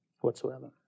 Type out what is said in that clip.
whatsoever